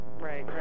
right